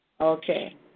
Okay